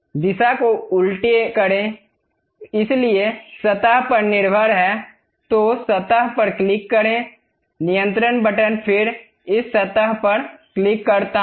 दिशा को उल्टा करें इसलिए सतह पर निर्भर है तो सतह पर क्लिक करें नियंत्रण बटन फिर इस सतह पर क्लिक करता हूं